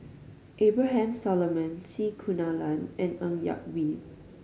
Abraham Solomon C Kunalan and Ng Yak Whee